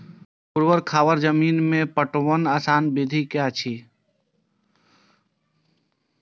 ऊवर खावर जमीन में पटवनक आसान विधि की अछि?